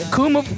Kuma